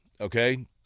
okay